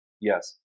yes